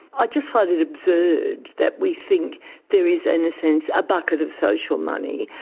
i just find it absurd that we think there is, in a sense, a bucket of social money,